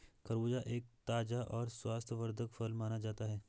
खरबूजा एक ताज़ा और स्वास्थ्यवर्धक फल माना जाता है